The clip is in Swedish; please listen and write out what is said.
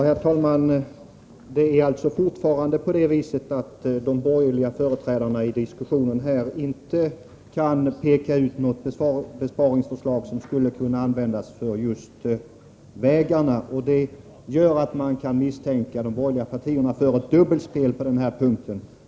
Herr talman! Det är alltså fortfarande på det sättet att de borgerliga företrädarna i diskussionen här inte kan peka ut något besparingsförslag som skulle kunna användas för just vägarna. Det gör att man kan misstänka de borgerliga partierna för dubbelspel på den här punkten.